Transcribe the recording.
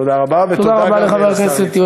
תודה רבה, ותודה גם לחבר הכנסת כבל.